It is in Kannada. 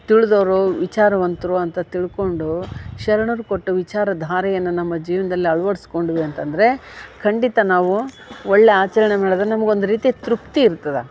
ತಿಳ್ದೋರು ವಿಚಾರವಂತರು ಅಂತ ತಿಳ್ಕೊಂಡು ಶರಣರು ಕೊಟ್ಟ ವಿಚಾರಧಾರೆಯನ್ನ ನಮ್ಮ ಜೀವನ್ದಲ್ಲಿ ಅಳ್ವಡ್ಸ್ಕೊಂಡ್ವಿ ಅಂತಂದರೆ ಖಂಡಿತ ನಾವು ಒಳ್ಳೆಯ ಆಚರಣೆ ಮಾಡಿದರೆ ನಮ್ಗೆ ಒಂದು ರೀತಿ ತೃಪ್ತಿಯಿರ್ತದೆ